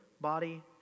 body